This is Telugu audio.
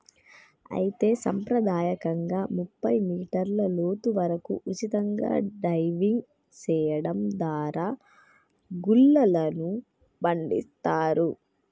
అయితే సంప్రదాయకంగా ముప్పై మీటర్ల లోతు వరకు ఉచితంగా డైవింగ్ సెయడం దారా గుల్లలను పండిస్తారు